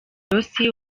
rossi